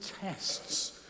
tests